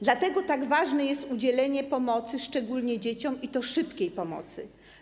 Dlatego tak ważne jest udzielenie pomocy, szczególnie dzieciom, i to szybkiej pomocy.